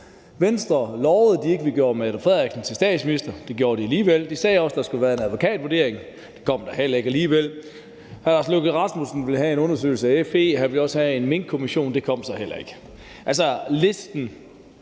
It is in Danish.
Venstre lovede, at de ikke ville gøre Mette Frederiksen til statsminister, men det gjorde de alligevel, og de sagde også, at der skulle være en advokatvurdering, men det kom der heller ikke alligevel. Hr. Lars Løkke Rasmussen ville have en undersøgelse af FE, og han ville også have en minkkommission, men det kom så heller ikke. Listen